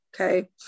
okay